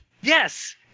Yes